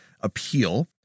appeal